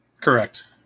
Correct